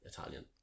Italian